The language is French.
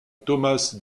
thomas